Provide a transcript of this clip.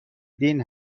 دین